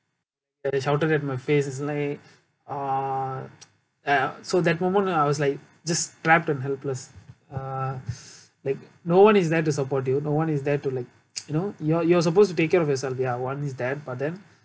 like they shouted at my face it's like uh ah so that moment I was like just trapped and helpless uh like no one is there to support you no one is there to like you know you're you're supposed to take care of yourself ya one that but then